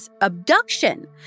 abduction